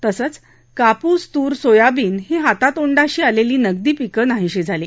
तसंच कापूस तुर सोयाबीन ही हातातोंडाशी आलेली नगदी पीकं नाहीशी झाली